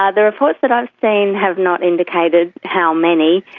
ah the reports that i've seen have not indicated how many,